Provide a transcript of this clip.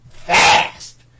Fast